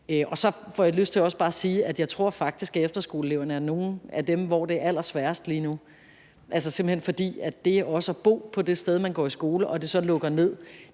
også bare lyst til at sige, at jeg faktisk tror, at efterskoleeleverne er nogle af dem, der har det allersværest lige nu, simpelt hen fordi det også at bo det sted, hvor man går i skole, og som så lukker ned,